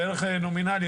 בערך נומינלי,